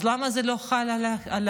אז למה זה לא חל על המדינה?